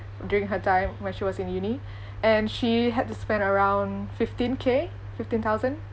during her time when she was in uni and she had to spend around fifteen K fifteen thousand